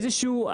איזה שהוא,